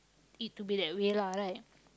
it to be that way lah right